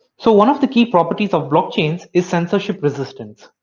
so one of the key properties of blockchains is censorship resistance.